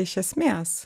iš esmės